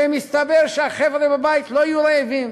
ומסתבר שהחבר'ה בבית לא יהיו רעבים,